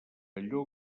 allò